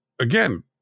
again